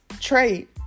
trait